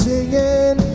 Singing